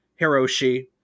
Hiroshi